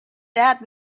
that